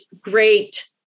great